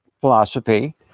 philosophy